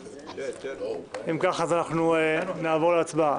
אם כך, אז אנחנו נעבור להצבעה.